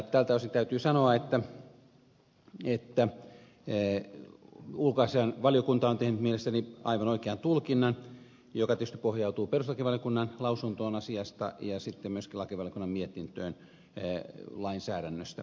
tältä osin täytyy sanoa että ulkoasiainvaliokunta on tehnyt mielestäni aivan oikean tulkinnan joka tietysti pohjautuu perustuslakivaliokunnan lausuntoon asiasta ja sitten myöskin lakivaliokunnan mietintöön lainsäädännöstä